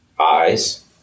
eyes